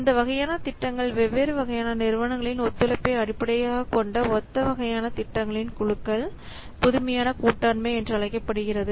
இந்த வகையான திட்டங்கள் வெவ்வேறு வகையான நிறுவனங்களின் ஒத்துழைப்பை அடிப்படையாகக் கொண்ட ஒத்த வகையான திட்டங்களின் குழுக்கள் புதுமையான கூட்டாண்மை என அழைக்கப்படுகின்றன